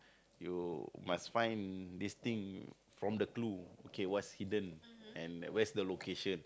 you must find this thing from the clue okay what's hidden and what's the location